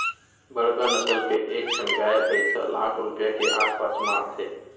बड़का नसल के एक ठन गाय भईंस ह लाख रूपया के आस पास म आथे